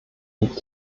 liegt